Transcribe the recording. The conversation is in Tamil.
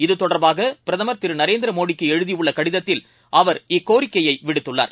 இதுதொடர்பாகபிரதமர் நரேந்திரமோடிக்குஎழுதியுள்ளகடிதத்தில் திரு அவர் இக்கோரிக்கையைவிடுத்துள்ளார்